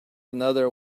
another